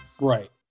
Right